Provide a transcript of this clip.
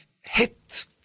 hit